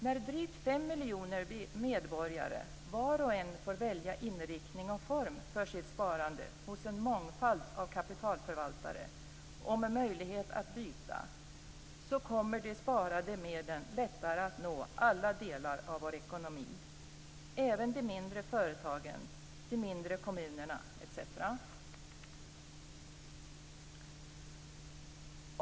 När drygt fem miljoner medborgare var och en får välja inriktning och form för sitt sparande hos en mångfald av kapitalförvaltare - och med möjlighet att byta - kommer de sparade medlen lättare att nå alla delar av vår ekonomi, även de mindre företagen och de mindre kommunerna, etc.